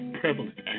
prevalent